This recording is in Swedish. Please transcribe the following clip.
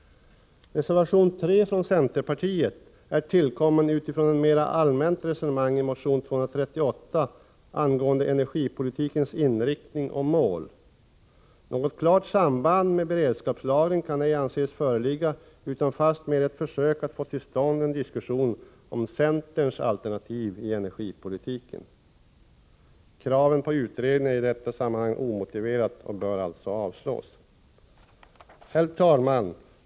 Reservation 3 från centerpartiet är tillkommen utifrån ett mera allmänt resonemang i motion 238 angående energipolitikens inriktning och mål. Något klart samband med beredskapslagring kan ej anses föreligga, utan det är fastmer fråga om ett försök att få till stånd en diskussion om centerns alternativ i energipolitiken. Kravet på utredning är i detta sammanhang omotiverat och bör alltså avslås. Herr talman!